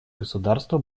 государства